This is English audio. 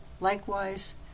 Likewise